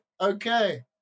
Okay